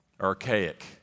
archaic